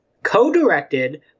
co-directed